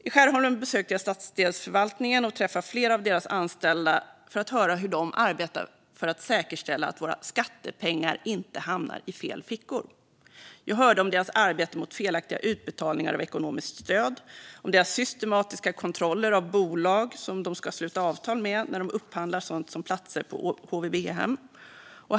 I Skärholmen besökte jag stadsdelsförvaltningen och träffade flera av de anställda för att höra hur de arbetar för att säkerställa att våra skattepengar inte hamnar i fel fickor. Jag hörde om deras arbete mot felaktiga utbetalningar av ekonomiskt stöd och om deras systematiska kontroller av bolag som de ska sluta avtal med när de upphandlar sådant som platser på HVB-hem.